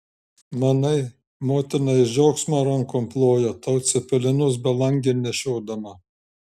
manai motina iš džiaugsmo rankom ploja tau cepelinus belangėn nešiodama